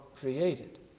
created